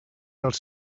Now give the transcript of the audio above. dels